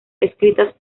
escritas